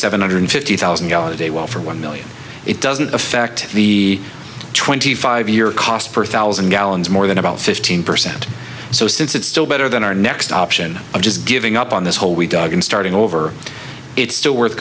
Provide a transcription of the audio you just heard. seven hundred fifty thousand gallons a day well for one million it doesn't affect the twenty five year cost per thousand gallons more than about fifteen percent so since it's still better than our next option of just giving up on this hole we dug in starting over it's still worth